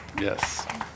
yes